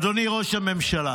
אדוני ראש הממשלה,